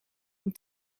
een